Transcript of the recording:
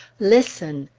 listen!